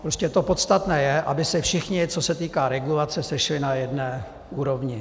Prostě to podstatné je, aby se všichni, co se týká regulace, sešli na jedné úrovni.